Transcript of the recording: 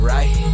Right